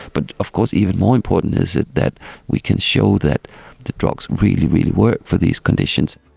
but of course even more important is that that we can show that the drugs really, really work for these conditions.